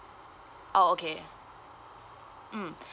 oh okay mm